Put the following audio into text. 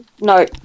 no